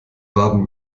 baden